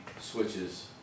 switches